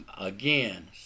again